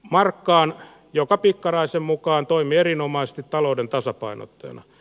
markka on jopa pikkaraisen mukaan toimi erinomaisesti talouden tasapainottajana